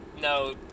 no